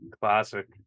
Classic